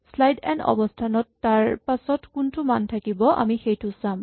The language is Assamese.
স্লাইচ এন্ড অৱস্হানত তাৰপাছত কোনটো মান থাকিব আমি সেইটো চাম